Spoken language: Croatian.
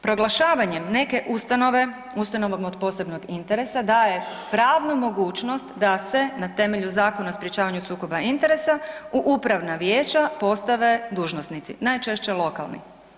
Proglašavanjem neke ustanove ustanovom od posebnog interesa daje pravnu mogućnost da se na temelju Zakona o sprječavanju sukoba interesa u upravna vijeća postave dužnosnici, najčešće lokalni.